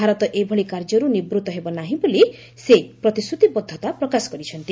ଭାରତ ଏଭଳି କାର୍ଯ୍ୟରୁ ନିବୂତ୍ତ ହେବ ନାହିଁ ବୋଲି ସେ ପ୍ରତିଶ୍ରତିବଦ୍ଧତା ପ୍ରକାଶ କରିଛନ୍ତି